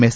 S